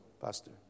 pastor